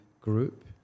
group